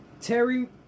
Terry